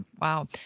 Wow